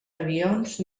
avions